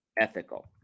ethical